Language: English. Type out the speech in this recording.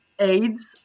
aids